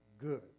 good